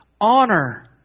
honor